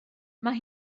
mae